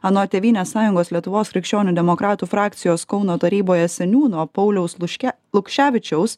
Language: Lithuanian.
anot tėvynės sąjungos lietuvos krikščionių demokratų frakcijos kauno taryboje seniūno pauliaus luške lukševičiaus